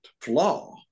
flaw